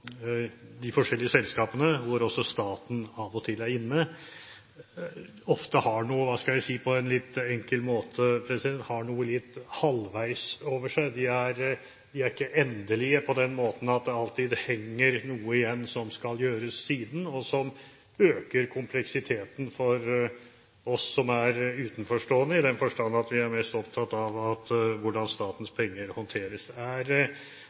de forskjellige selskapene – hvor også staten av og til er inne – ofte har noe litt halvveis over seg, hvis man skal si det på en litt enkel måte. De er ikke endelige, fordi det alltid henger noe igjen som skal gjøres siden, og som øker kompleksiteten for oss som er utenforstående, i den forstand at vi er mest opptatt av hvordan statens penger håndteres. Er